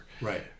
Right